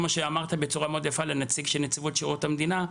כמו שאמרת בצורה מאוד יפה לנציג נציבות שירות המדינה,